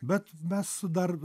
bet mes dar